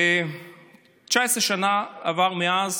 19 שנים עברו מאז,